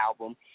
album